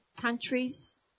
countries